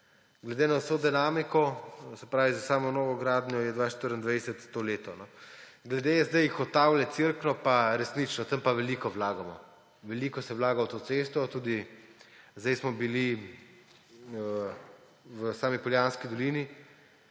Glede na vso dinamiko, se pravi za samo novogradnjo, je 2024 to leto. Glede ceste Hotavlje–Cerkno pa resnično, tam pa veliko vlagamo, veliko se vlaga v to cesto, tudi zdaj smo bili v sami Poljanski dolini